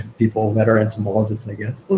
people that are entomologists, i guess.